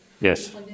yes